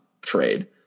trade